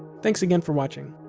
thanks again for watching!